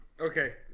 okay